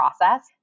process